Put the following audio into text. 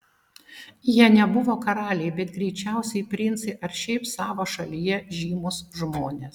jie nebuvo karaliai bet greičiausiai princai ar šiaip savo šalyje žymūs žmonės